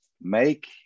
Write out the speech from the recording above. make